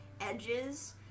edges